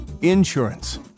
insurance